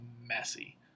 messy